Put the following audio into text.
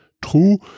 True